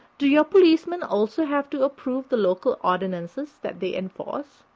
do your policemen also have to approve the local ordinances that they enforce?